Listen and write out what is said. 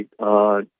right